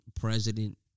president